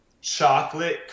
chocolate